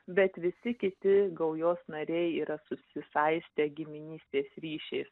bet visi kiti gaujos nariai yra susisaistę giminystės ryšiais